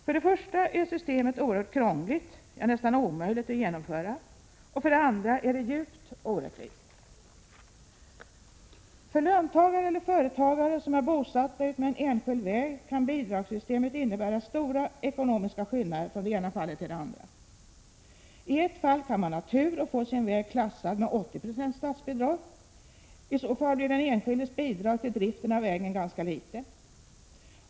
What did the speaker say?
För det första är systemet oerhört krångligt, nästan omöjligt att genomföra, och för det andra är det djupt orättvist. För löntagare eller företagare som är bosatta utmed enskilda vägar kan bidragssystemet innebära stora ekonomiska skillnader från det ena fallet till det andra. I ett fall kan man ha tur och få sin väg klassad med 80 96 statsbidrag. I så fall blir den enskildes bidrag till driften av vägen ganska litet.